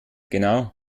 genau